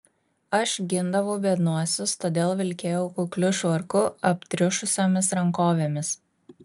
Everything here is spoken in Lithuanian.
aš gindavau biednuosius todėl vilkėjau kukliu švarku aptriušusiomis rankovėmis